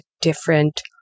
different